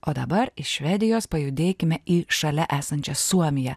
o dabar iš švedijos pajudėkime į šalia esančią suomiją